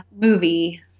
movie